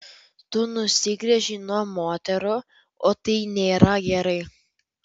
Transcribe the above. tu nusigręžei nuo moterų o tai nėra gerai